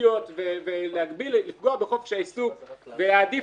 וסובסידיות ולפגוע בחופש העיסוק ולהעדיף